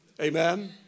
amen